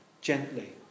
gently